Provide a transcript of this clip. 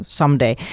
someday